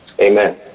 Amen